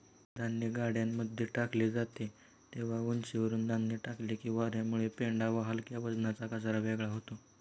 धान्य गाड्यांमध्ये टाकले जाते तेव्हा उंचीवरुन धान्य टाकले की वार्यामुळे पेंढा व हलक्या वजनाचा कचरा वेगळा होतो